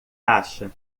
acha